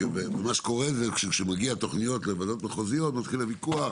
מה שקורה זה שכשמגיעות תוכניות לוועדות מחוזיות מתחיל הוויכוח